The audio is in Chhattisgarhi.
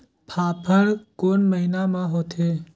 फाफण कोन महीना म होथे?